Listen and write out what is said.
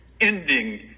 ending